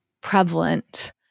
prevalent